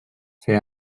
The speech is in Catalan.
fer